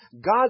God